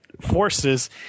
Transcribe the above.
forces